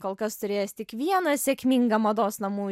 kol kas turėjęs tik vieną sėkmingą mados namų